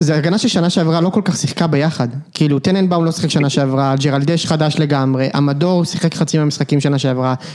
זו הרגנה ששנה שעברה לא כל כך שיחקה ביחד. כאילו, טננבאום לא שיחק שנה שעברה, ג'רלדש חדש לגמרי, אמדור שיחק חצי מהמשחקים שנה שעברה.